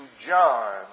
John